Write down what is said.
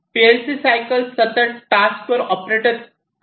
PLC cycle सतत task वर operate करत असतात